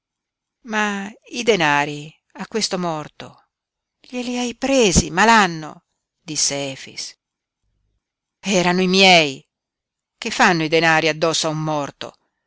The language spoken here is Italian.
ma i denari a questo morto glieli hai presi malanno disse efix erano i miei che fanno i denari addosso a un morto